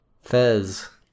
Fez